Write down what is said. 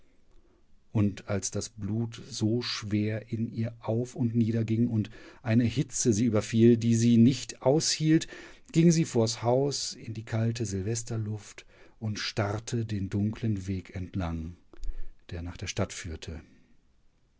und als das blut so schwer in ihr auf und niederging und eine hitze sie überfiel die sie nicht aushielt ging sie vors haus in die kalte silvesterluft und starrte den dunklen weg entlang der nach der stadt führte